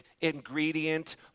ingredient